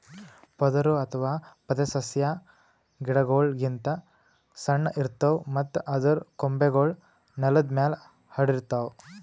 ಪೊದರು ಅಥವಾ ಪೊದೆಸಸ್ಯಾ ಗಿಡಗೋಳ್ ಗಿಂತ್ ಸಣ್ಣು ಇರ್ತವ್ ಮತ್ತ್ ಅದರ್ ಕೊಂಬೆಗೂಳ್ ನೆಲದ್ ಮ್ಯಾಲ್ ಹರ್ಡಿರ್ತವ್